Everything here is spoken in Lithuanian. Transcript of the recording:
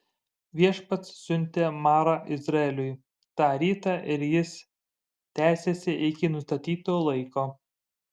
viešpats siuntė marą izraeliui tą rytą ir jis tęsėsi iki nustatyto laiko